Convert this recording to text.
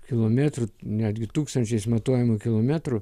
kilometrų netgi tūkstančiais matuojamų kilometrų